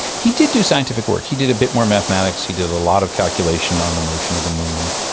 he did do scientific work. he did a bit more mathematics, he did a lot of calculation on the motion of the moon,